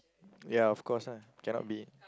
ya of course ah cannot be